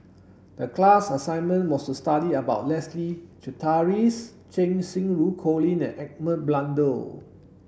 the class assignment was to study about Leslie Charteris Cheng Xinru Colin and Edmund Blundell